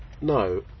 no